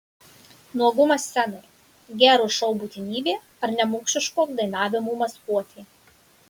nuogumas scenoje gero šou būtinybė ar nemokšiško dainavimo maskuotė